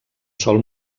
sol